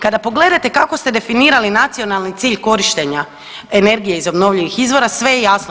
Kada pogledate kako ste definirali nacionalni cilj korištenja energije iz obnovljivih izvora sve je jasno.